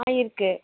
ஆ இருக்குது